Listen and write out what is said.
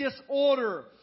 disorder